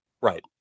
Right